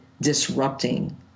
disrupting